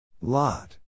Lot